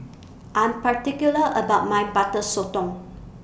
I'm particular about My Butter Sotong